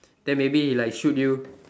then maybe like shoot you